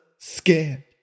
Scared